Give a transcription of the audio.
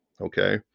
okay